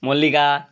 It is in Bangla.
মল্লিকা